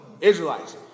Israelites